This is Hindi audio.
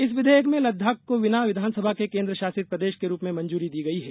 इस विधेयक में लद्दाख को बिना विधानसभा के केन्द्र शासित प्रदेश के रूप में मंजूरी दी गई है